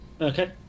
Okay